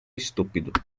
estúpido